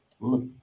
look